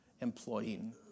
employing